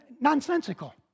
nonsensical